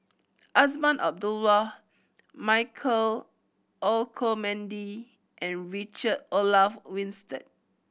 Azman Abdullah Michael Olcomendy and Richard Olaf Winstedt